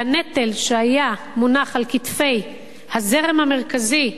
והנטל שהיה מונח על כתפי הזרם המרכזי,